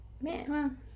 Man